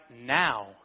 now